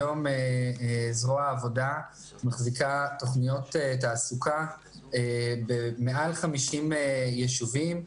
היום זרוע העבודה מחזיקה תוכניות תעסוקה ביותר מ-50 ישובים,